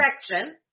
section